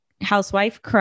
Housewife